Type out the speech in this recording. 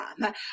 time